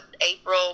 april